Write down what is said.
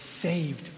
saved